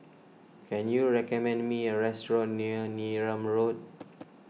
can you recommend me a restaurant near Neram Road